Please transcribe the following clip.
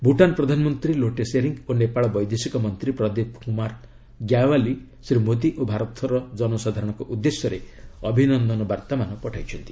ଭୁଟାନ୍ ପ୍ରଧାନମନ୍ତ୍ରୀ ଲୋଟେ ଶେରିଙ୍ଗ୍ ଓ ନେପାଳ ବୈଦେଶିକ ମନ୍ତ୍ରୀ ପ୍ରଦୀପ୍ କୁମାର ଗ୍ୟାୱାଲି ଶ୍ରୀ ମୋଦି ଓ ଭାରତର ଜନସାଧାରଣଙ୍କ ଉଦ୍ଦେଶ୍ୟରେ ଅଭିନନ୍ଦନ ବାର୍ତ୍ତାମାନ ପଠାଇଛନ୍ତି